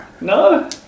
No